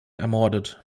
ermordet